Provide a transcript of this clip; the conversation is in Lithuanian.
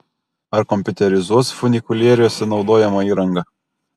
ar kompiuterizuos funikulieriuose naudojamą įrangą